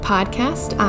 Podcast